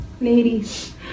ladies